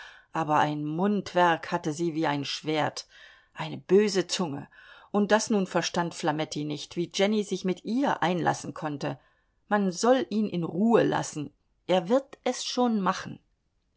aber ein mundwerk hatte sie wie ein schwert eine böse zunge und das nun verstand flametti nicht wie jenny sich mit ihr einlassen konnte man soll ihn in ruhe lassen er wird es schon machen